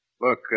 Look